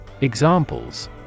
Examples